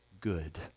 good